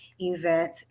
event